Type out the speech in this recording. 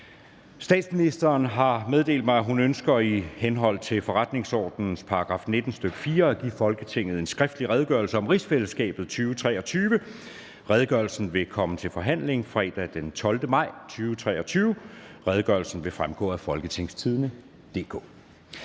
Frederiksen) har meddelt mig, at hun ønsker i henhold til forretningsordenens § 19, stk. 4, at give Folketinget en skriftlig Redegørelse om rigsfællesskabet 2023. (Redegørelse nr. R 11). Redegørelsen vil komme til forhandling fredag den 12. maj 2023. Redegørelsen vil fremgå af www.folketingstidende.dk.